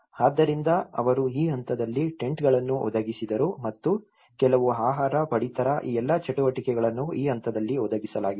ಆದ್ದರಿಂದ ಅವರು ಈ ಹಂತದಲ್ಲಿ ಟೆಂಟ್ಗಳನ್ನು ಒದಗಿಸಿದರು ಮತ್ತು ಕೆಲವು ಆಹಾರ ಪಡಿತರ ಈ ಎಲ್ಲಾ ಚಟುವಟಿಕೆಗಳನ್ನು ಈ ಹಂತದಲ್ಲಿ ಒದಗಿಸಲಾಗಿದೆ